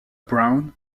brown